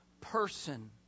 person